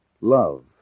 Love